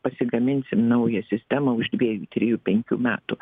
pasigaminsim naują sistemą už dviejų trijų penkių metų